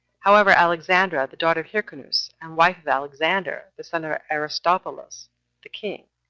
however, alexandra, the daughter of hyrcanus, and wife of alexander, the son of aristobulus the king,